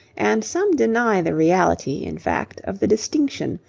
and some deny the reality, in fact, of the distinction,